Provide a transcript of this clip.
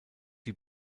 die